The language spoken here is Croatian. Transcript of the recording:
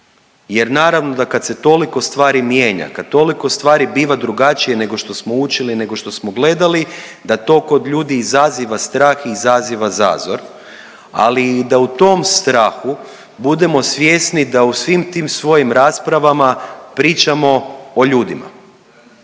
jer naravno da kad se toliko stvari mijenja, kad toliko stvari biva drugačije nego što smo učili, nego što smo gledali, da to kod ljudi izaziva strah i izaziva zazor, ali da u tom strahu budemo svjesni da u svim tim svojim raspravama pričamo o ljudima.